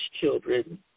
children